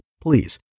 please